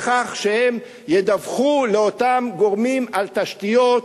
בכך שהם ידווחו לאותם גורמים על תשתיות,